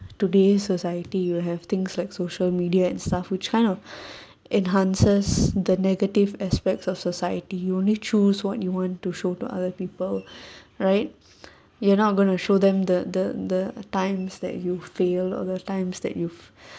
today's society we have things like social media and stuff which kind of enhances the negative aspects of society you only choose what you want to show to other people right you're not going to show them the the the times that you fail or the times that you